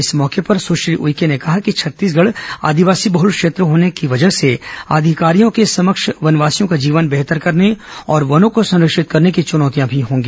इस मौके पर सुश्री उइके ने कहा कि छत्तीसगढ़ आदिवासी बहल क्षेत्र होने की वजह से अधिकारियों के समक्ष वनवासियों का जीवन बेहतर करने और वनों को संरक्षित करने की चुनौतियां भी होंगी